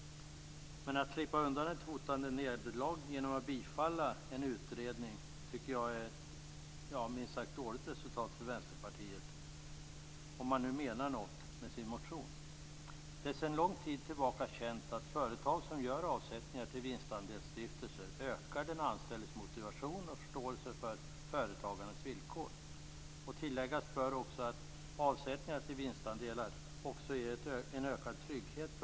Men att slippa undan ett hotande nederlag genom att tillstyrka en utredning tycker jag, minst sagt, är ett dåligt resultat för Vänsterpartiet - om man nu menar något med sin motion. Sedan lång tid tillbaka är det känt att i företag som gör avsättningar till vinstandelsstiftelser ökar den anställdes motivation och förståelse för företagandets villkor. Tilläggas bör att avsättningar till vinstandelar också ger den anställde ökad trygghet.